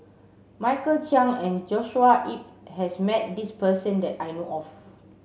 Michael Chiang and Joshua Ip has met this person that I know of